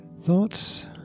Thoughts